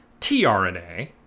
tRNA